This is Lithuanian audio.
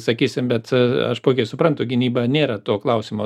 sakysim bet aš puikiai suprantu gynyba nėra to klausimo